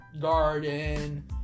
garden